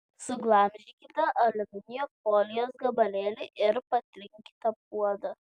suglamžykite aliuminio folijos gabalėlį ir patrinkite puodą